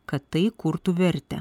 kad tai kurtų vertę